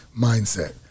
mindset